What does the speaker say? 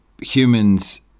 humans